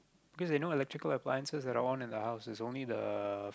cause they no electrical appliances at all one in the house it's only the